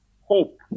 hope